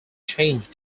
changed